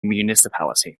municipality